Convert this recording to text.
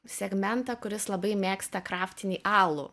segmentą kuris labai mėgsta kraftinį alų